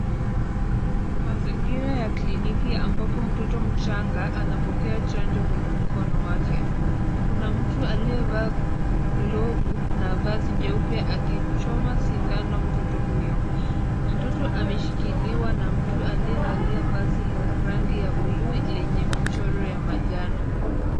Mazingira ya kliniki ambapo mtoto mchanga anapokea chanjo kwenye mkono wake; kuna mtu aliyevaa glovu na vazi jeupe akichoma sindano mtoto huyo. Mtoto ameshikiliwa na mtu aliyevalia vazi la rangi ya buluu lenye mchoro ya manjano.